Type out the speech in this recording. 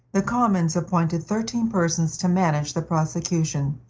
the commons appointed thirteen persons to manage the prosecution.